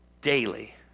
daily